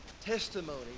testimony